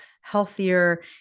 healthier